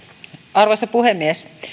arvoisa puhemies